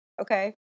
Okay